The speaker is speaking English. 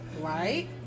Right